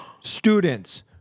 students